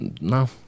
no